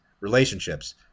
relationships